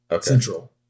Central